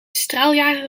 straaljager